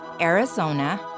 Arizona